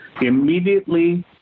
immediately